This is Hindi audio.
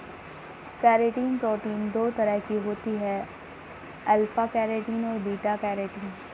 केरेटिन प्रोटीन दो तरह की होती है अल्फ़ा केरेटिन और बीटा केरेटिन